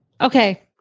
Okay